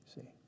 see